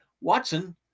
Watson